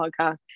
podcast